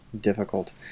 difficult